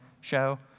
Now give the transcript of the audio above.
show